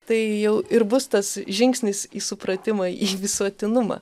tai jau ir bus tas žingsnis į supratimą į visuotinumą